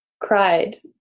cried